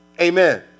Amen